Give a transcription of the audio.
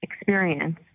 experience